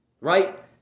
Right